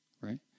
right